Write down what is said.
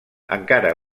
encara